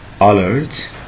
alert